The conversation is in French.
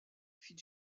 fit